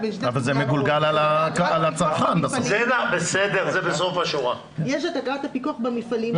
יש את אגרת הפיקוח במפעלים.